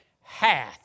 hath